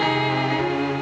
and